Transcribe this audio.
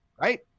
Right